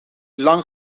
lang